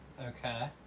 okay